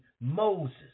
Moses